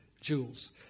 jewels